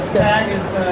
tag is.